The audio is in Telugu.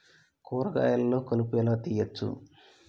కూరగాయలలో కలుపు ఎలా తీయచ్చు?